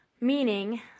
meaning